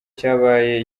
cyabaye